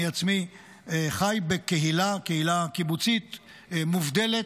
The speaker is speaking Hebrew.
אני עצמי חי בקהילה קיבוצית מובדלת.